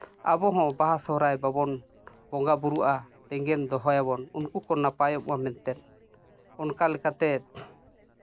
ᱟᱵᱚᱦᱚᱸ ᱵᱟᱦᱟ ᱥᱚᱦᱚᱨᱟᱭ ᱵᱟᱵᱚᱱ ᱵᱚᱸᱜᱟᱼᱵᱩᱨᱩᱜᱼᱟ ᱛᱮᱸᱜᱮᱱ ᱫᱚᱦᱚᱭᱟᱵᱚᱱ ᱩᱱᱠᱩ ᱠᱚ ᱱᱟᱯᱟᱭᱚᱜᱼᱢᱟ ᱢᱮᱱᱛᱮ ᱚᱱᱠᱟ ᱞᱮᱠᱟᱛᱮ